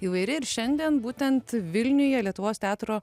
įvairi ir šiandien būtent vilniuje lietuvos teatro